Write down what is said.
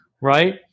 right